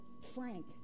Frank